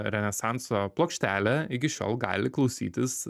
renesanso plokštelę iki šiol gali klausytis